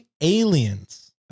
aliens